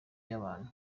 y’abantu